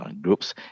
groups